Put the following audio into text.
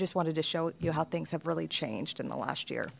just wanted to show you how things have really changed in the last year